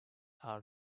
are